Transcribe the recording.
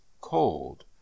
cold